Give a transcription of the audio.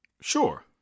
Sure